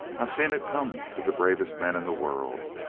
i've seen it come to the bravest men in the world.